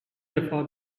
defa